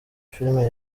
filime